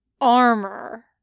Armor